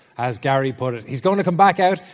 as gary put it. he's gonna come back out,